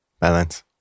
Balance